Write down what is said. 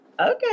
okay